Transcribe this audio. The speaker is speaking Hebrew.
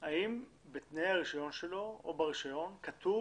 האם בתנאי הרישיון שלו או ברישיון כתוב